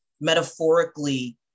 metaphorically